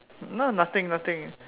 no nothing nothing